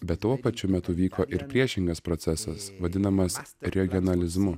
bet tuo pačiu metu vyko ir priešingas procesas vadinamas regionalizmu